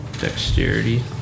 dexterity